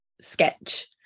sketch